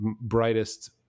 brightest